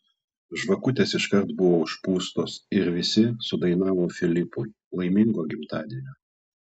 žvakutės iškart buvo užpūstos ir visi sudainavo filipui laimingo gimtadienio